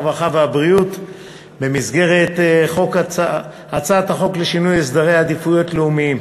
הרווחה והבריאות במסגרת הצעת החוק לשינוי סדרי עדיפויות לאומיים.